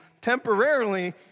temporarily